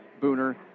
Booner